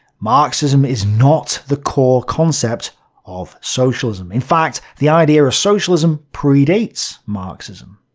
marxism is not the core concept of socialism. in fact, the idea of socialism predates marxism.